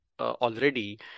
already